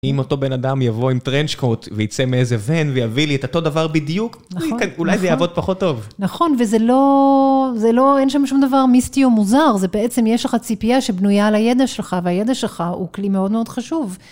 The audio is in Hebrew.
אם אותו בן אדם יבוא עם טרנשקוט וייצא מאיזה ואן ויביא לי את אותו דבר בדיוק, אולי זה יעבוד פחות טוב. נכון, וזה לא... אין שם משום דבר מיסטי או מוזר, זה בעצם יש לך ציפייה שבנויה על הידע שלך, והידע שלך הוא כלי מאוד מאוד חשוב.